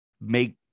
make